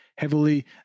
heavily